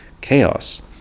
chaos